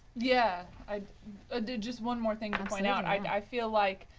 yeah. i ah did just one more thing to point out. i feel like,